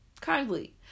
kindly